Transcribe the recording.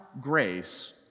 grace